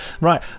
right